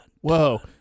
whoa